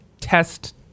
test